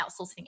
outsourcing